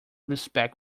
respect